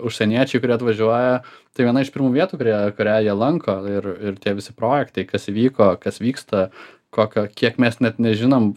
užsieniečiai kurie atvažiuoja tai viena iš pirmų vietų kurie kurią jie lanko ir ir tie visi projektai kas įvyko kas vyksta kokio kiek mes net nežinom